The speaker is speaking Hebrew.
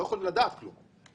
לא יכולים לדעת כלום.